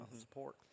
support